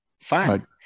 Fine